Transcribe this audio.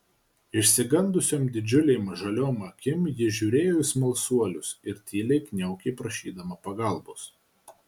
išsigandusiom didžiulėm žaliom akim ji žiūrėjo į smalsuolius ir tyliai kniaukė prašydama pagalbos